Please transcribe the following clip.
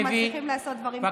אנחנו מצליחים לעשות דברים טובים.